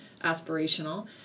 aspirational